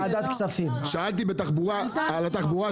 שאלתי על התחבורה,